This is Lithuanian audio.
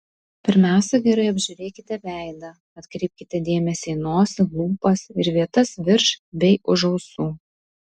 pirmiausia gerai apžiūrėkite veidą atkreipkite dėmesį į nosį lūpas ir vietas virš bei už ausų